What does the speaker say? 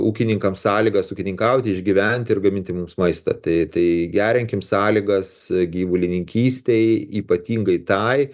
ūkininkams sąlygas ūkininkauti išgyventi ir gaminti mums maistą tai tai gerinkim sąlygas gyvulininkystei ypatingai tai